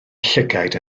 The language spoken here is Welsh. llygaid